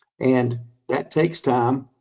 and that takes time,